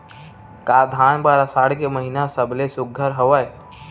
का धान बर आषाढ़ के महिना सबले सुघ्घर हवय?